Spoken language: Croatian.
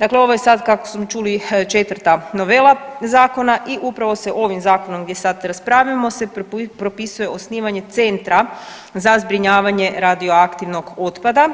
Dakle, ovo je sad kako smo čuli četvrta novela zakona i upravo se ovim zakonom gdje sad raspravljamo se propisuje osnivanje Centra za zbrinjavanje radioaktivnog otpada